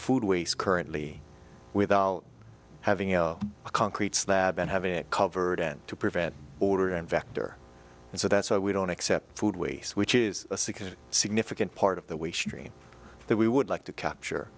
food waste currently without having a concrete slab and having it covered and to prevent order in vector and so that's why we don't accept food waste which is a second significant part of the way street that we would like to capture